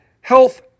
health